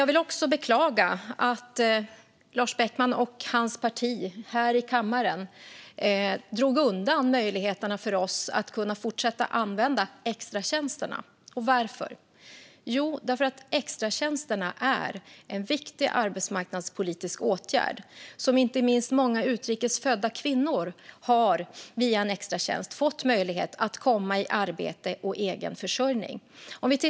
Jag vill också beklaga att Lars Beckman och hans parti här i kammaren drog undan möjligheterna för oss att kunna fortsätta att använda extratjänsterna. Varför? Jo, därför att extratjänsterna är en viktig arbetsmarknadspolitisk åtgärd. Inte minst många utrikes födda kvinnor har via en extratjänst fått möjlighet att komma i arbete och egen försörjning.